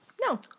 No